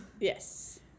Yes